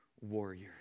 warrior